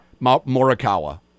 Morikawa